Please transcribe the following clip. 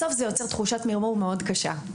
בסוף זה יוצר תחושת מרמור מאוד קשה.